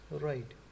right